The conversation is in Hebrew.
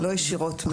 לא ישירות?